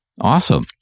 Awesome